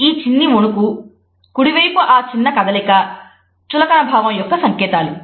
ఈ చిన్ని వణుకు కుడివైపు ఆ చిన్న కదలిక చులకన భావం యొక్క సంకేతాలు